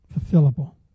fulfillable